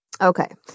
Okay